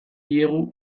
diegu